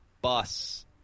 bus